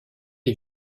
est